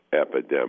epidemic